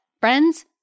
Friends